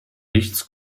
nichts